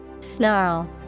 Snarl